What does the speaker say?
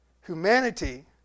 humanity